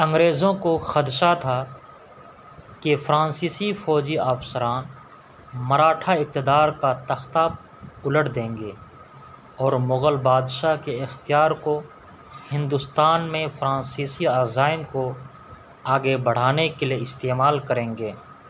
انگریزوں کو خدشہ تھا کہ فرانسیسی فوجی افسران مراٹھا اقتدار کا تختہ الٹ دیں گے اور مغل بادشاہ کے اختیار کو ہندوستان میں فرانسیسی عزائم کو آگے بڑھانے کے لیے استعمال کریں گے